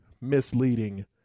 misleading